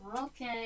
Okay